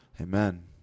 Amen